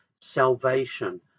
salvation